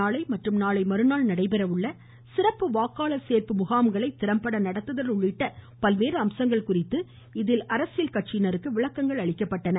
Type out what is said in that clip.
நாளை மற்றும் நாளை மறுநாள் நடைபெற உள்ள சிறப்பு வாக்களர் சேர்ப்பு முகாம்களை திறம்பட நடத்துதல் உள்ளிட்ட பல்வேறு அம்சங்கள் குறித்து இதில் அரசியல் கட்சியினருக்கு விளக்கங்கள் அளிக்கப்பட்டன